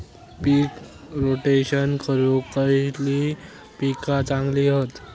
पीक rotation करूक खयली पीका चांगली हत?